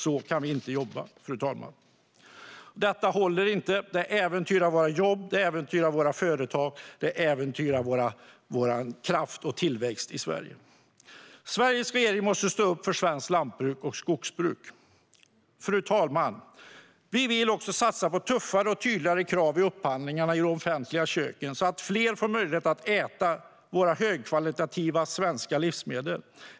Så kan vi inte jobba, fru talman. Detta håller inte, och det äventyrar våra jobb, våra företag och vår kraft och tillväxt i Sverige. Sveriges regering måste stå upp för svenskt lantbruk och skogsbruk. Fru talman! Vi vill också satsa på tuffare och tydligare krav i upphandlingarna i de offentliga köken så att fler får möjlighet att äta våra högkvalitativa svenska livsmedel.